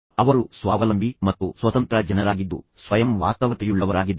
ಅವರು ಸ್ವಾವಲಂಬಿ ಮತ್ತು ಸ್ವತಂತ್ರ ಜನರಾಗಿದ್ದು ಸ್ವಯಂ ವಾಸ್ತವತೆಯುಳ್ಳವರಾಗಿದ್ದಾರೆ